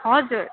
हजुर